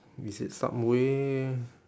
is it subway